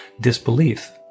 disbelief